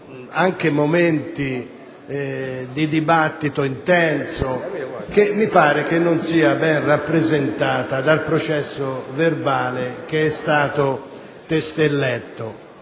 anche momenti di dibattito intenso che mi pare non siano ben rappresentati nel processo verbale testé letto.